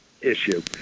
issue